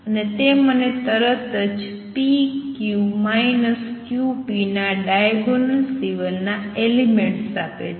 અને તે મને તરત જ pq qp ના ડાયગોનલ સિવાય ના એલિમેંટસ આપે છે